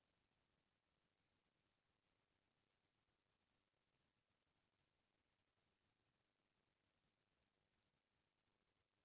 मनसे मन के पइसा ल कतको बित्तीय संस्था मन सेयर या बांड लेके पइसा मन के नवा जुन्नी करते रइथे